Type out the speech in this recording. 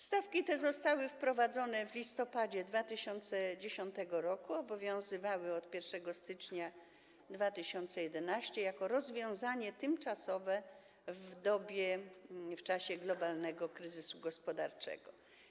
Stawki te zostały wprowadzone w listopadzie 2010 r. i obowiązywały od 1 stycznia 2011 r. jako rozwiązanie tymczasowe w dobie, w czasie globalnego kryzysu gospodarczego.